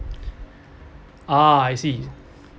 ah I see